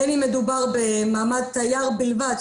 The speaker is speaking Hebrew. בין אם מדובר במעמד תייר בלבד,